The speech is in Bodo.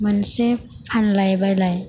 मोनसे फानलाय बायलाय